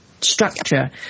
structure